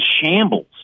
shambles